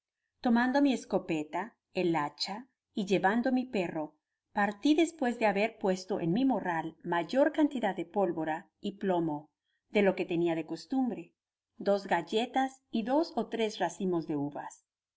tomando mi escopeta el hacha y llevando mi perro parti despues de haber puesto en mi morral mayor cantidad de pólvora y plomo de lo que tenia de costumbre dos galletas y dos ó tres racimos de uvas